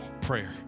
prayer